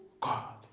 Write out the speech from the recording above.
God